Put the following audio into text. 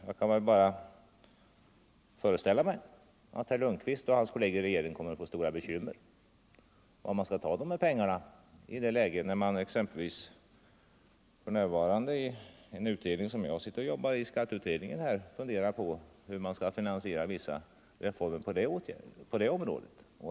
Jag kan föreställa mig att herr Lundkvist och hans kolleger i regeringen kommer att få stora bekymmer med att bestämma varifrån man skall ta dessa pengar i ett läge när vi i en utredning som jag arbetar i, skatteutredningen, funderar på hur man skall finansiera vissa reformer på skatteområdet.